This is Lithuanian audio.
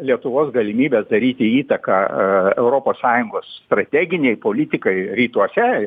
lietuvos galimybės daryti įtaką europos sąjungos strateginei politikai rytuose